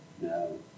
No